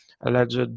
alleged